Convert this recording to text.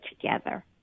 together